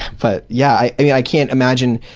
but yeah i i can't imagine,